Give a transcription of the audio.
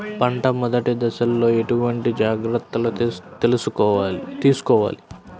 పంట మెదటి దశలో ఎటువంటి జాగ్రత్తలు తీసుకోవాలి?